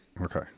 Okay